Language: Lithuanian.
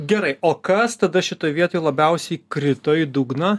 gerai o kas tada šitoj vietoj labiausiai krito į dugną